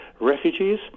refugees